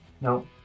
No